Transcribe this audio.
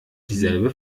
dieselbe